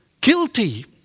guilty